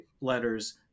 letters